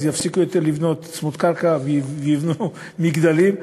יפסיקו לבנות צמוד-קרקע וייבנו מגדלים,